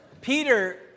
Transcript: Peter